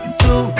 two